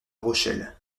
rochelle